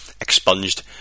expunged